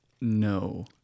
No